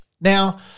Now